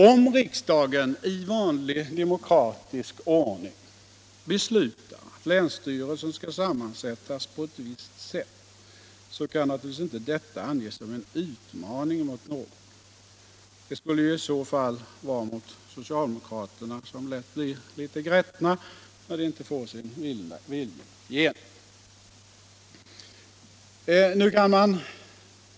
Om riksdagen i vanlig demokratisk ordning beslutar att länsstyrelsen skall sammansättas på ett visst sätt kan naturligtvis detta inte anges som en utmaning mot någon. Det skulle i så fall vara mot socialdemokraterna, som lätt blir litet grättna när de inte får sin vilja igenom.